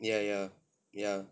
ya ya ya